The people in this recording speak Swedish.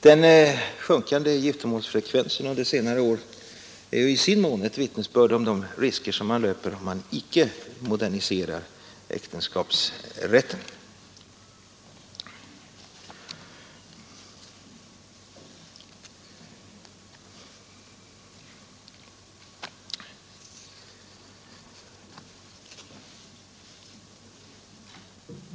Den sjunkande giftermålsfrekvensen under senare år är ju i sin mån ett vittnesbörd om de risker som man löper om man icke moderniserar äktenskapsrätten.